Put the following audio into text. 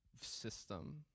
system